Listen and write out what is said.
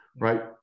right